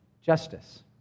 justice